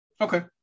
Okay